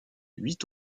huit